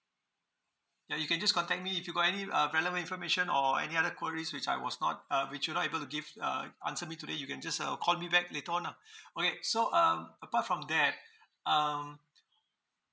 ya you can just contact me you if got any uh relevant information or any other queries which I was not uh which you're not able to give uh answer me today you can just uh call me back later on nah okay so um apart from that um